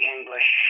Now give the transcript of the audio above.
English